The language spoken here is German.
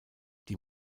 die